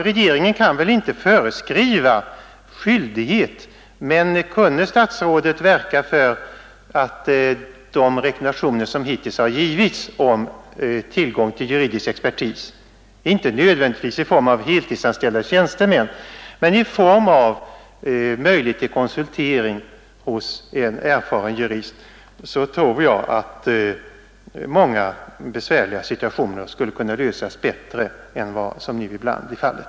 Regeringen kan väl inte föreskriva någon skyldighet i det här sammanhanget, men kunde statsrådet verka för att de rekommendationer som hittills har givits om tillgång till juridisk expertis — inte nödvändigtvis i form av heltidsanställda tjänstemän, men i form av möjlighet till konsultering hos en erfaren jurist — tror jag att många besvärliga situationer skulle kunna klaras bättre än vad som nu ibland är fallet.